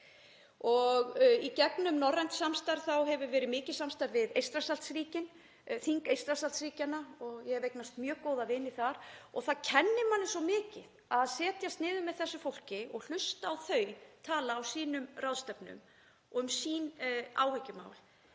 Í gegnum norrænt samstarf hefur verið mikið samstarf við Eystrasaltsríkin, þing Eystrasaltsríkjanna, og ég hef eignast mjög góða vini þar. Það kennir manni svo mikið að setjast niður með þessu fólki og hlusta á þau tala á sínum ráðstefnum um sín áhyggjumál.